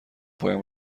پایم